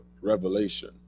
Revelation